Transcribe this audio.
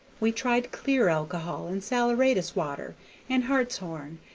we tried clear alcohol, and saleratus-water, and hartshorn,